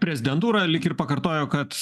prezidentūra lyg ir pakartojo kad